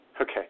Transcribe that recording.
Okay